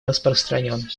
распространен